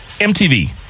MTV